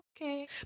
okay